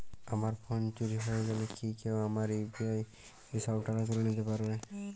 আমার ফোন চুরি হয়ে গেলে কি কেউ আমার ইউ.পি.আই দিয়ে সব টাকা তুলে নিতে পারবে?